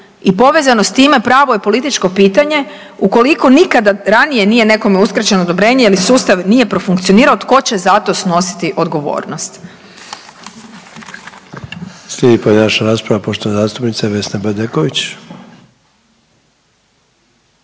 i povezano s time pravo je političko pitanje ukoliko nikada ranije nije nekome uskraćeno odobrenje jer sustav nije profunkcionirao. Tko će za to snositi odgovornost? **Sanader, Ante (HDZ)** Slijedi pojedinačna rasprava. Poštovana zastupnica Vesna Bedeković.